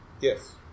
Yes